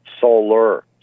solar